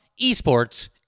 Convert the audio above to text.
esports